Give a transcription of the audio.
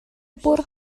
бүр